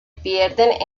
pierden